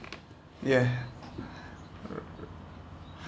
yeah